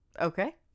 Okay